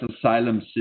asylum